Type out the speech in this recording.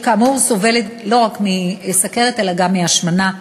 שכאמור סובלת לא רק מסוכרת אלא גם מהשמנה,